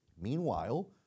Meanwhile